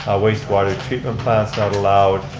wastewater treatment plants not allowed,